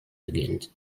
beginnt